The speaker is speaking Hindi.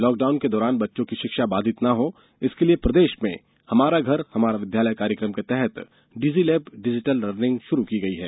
लॉकडाउन के दौरान बच्चों की शिक्षा बाधित न हो इसके लिये प्रदेश में हमारा घर हमारा विद्यालय कार्यक्रम के तहत डिजिलेप डिजिटल लर्निंग शुरू की गई है